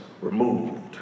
removed